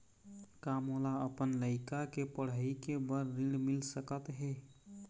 का मोला अपन लइका के पढ़ई के बर ऋण मिल सकत हे?